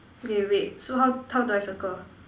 okay wait so how how do I circle